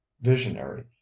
visionary